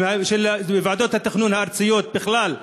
של ועדות התכנון הארציות בכלל,